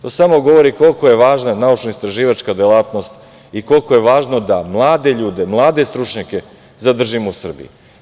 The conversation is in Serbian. To samo govori koliko je važna naučno-istraživačka delatnost i koliko je važno da mlade ljude, mlade stručnjake zadržimo u Srbiji.